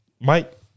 Mike